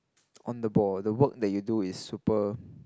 on the ball the work that you do is super